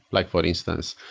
like for instance,